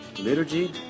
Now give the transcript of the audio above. liturgy